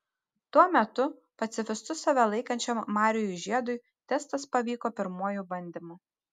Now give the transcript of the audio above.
tuo metu pacifistu save laikančiam marijui žiedui testas pavyko pirmuoju bandymu